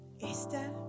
Esther